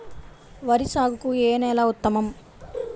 వరి సాగుకు ఏ నేల ఉత్తమం?